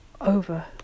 over